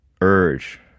urge